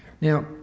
Now